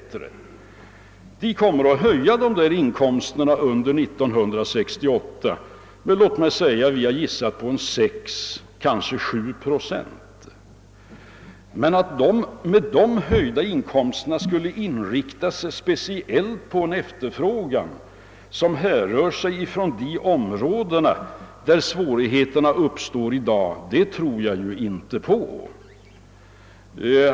Vi kommer att höja dessa inkomster under 1968 med låt mig säga 6, kanske 7 procent, men att dessa höjda inkomster speciellt skulle åstadkomma en efterfrågan på de områden där svårigheter uppstår i dag, det tror jag inte på.